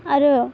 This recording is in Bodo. आरो